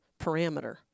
parameter